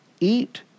eat